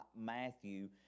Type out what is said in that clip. Matthew